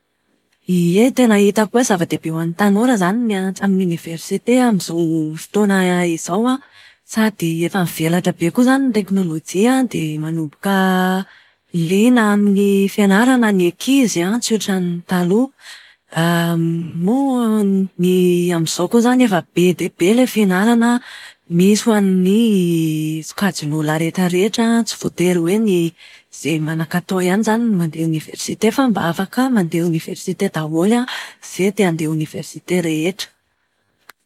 Ie, tena hitako hoe zava-dehibe ho an'ny tanora ny mianatra amin'ny oniversite amin'izao fotoana izao an. Sady efa mivelatra be koa ny teknolojia dia manomboka liana amin'ny fianarana ny ankizy an, tsy ohatran'ny taloha. Moa ny amin'izao koa izany efa be dia be ilay fianarana misy ho an'ny sokajin'olona rehetrarehetra tsy voatery hoe ny izay manan-katao ihany izany no mandeha eny amin'ny oniversite fa mba afaka mandeha oniversite daholo izay te-handeha oniversite rehetra.